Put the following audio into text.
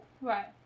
Right